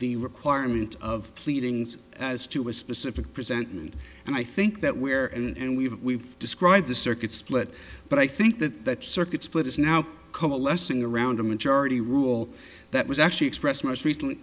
the requirement of pleadings as to a specific presentment and i think that we are and we've we've described the circuit split but i think that that circuit split is now coalescing around a majority rule that was actually expressed most recently